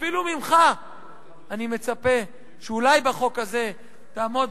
אפילו ממך אני מצפה שאולי בחוק הזה תעמוד